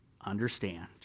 understand